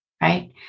right